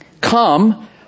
come